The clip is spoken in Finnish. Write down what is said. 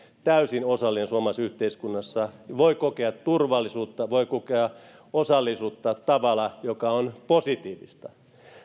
täysin osallinen suomalaisessa yhteiskunnassa ja voi kokea turvallisuutta voi kokea osallisuutta tavalla joka on positiivista